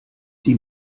die